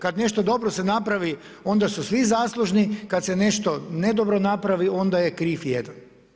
Kad nešto dobro se napravi onda su svi zaslužni, kad se nešto ne dobro napravi onda je kriv jedan.